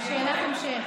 זאת שאלת המשך.